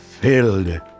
Filled